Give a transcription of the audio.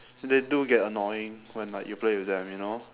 they do get annoying when like you play with them you know